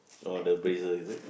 oh the appraisal is it